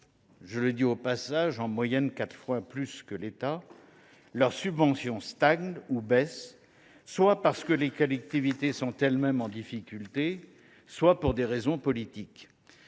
territoriales – en moyenne quatre fois plus que par l’État –, leurs subventions stagnent ou baissent, soit parce que les collectivités sont elles mêmes en difficulté, soit pour des raisons politiques.